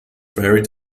buried